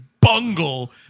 bungle